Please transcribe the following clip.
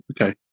Okay